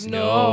no